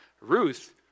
Ruth